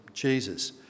Jesus